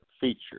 feature